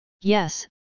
Yes